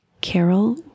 Carol